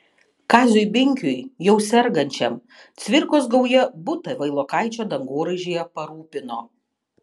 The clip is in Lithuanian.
kaziui binkiui jau sergančiam cvirkos gauja butą vailokaičio dangoraižyje parūpino